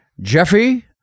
Jeffy